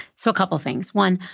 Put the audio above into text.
so a couple things. one,